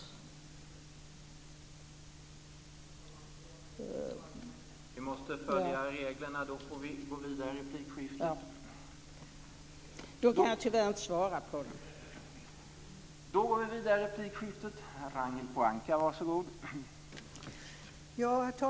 Därför kan jag tyvärr inte svara på den.